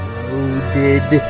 loaded